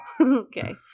okay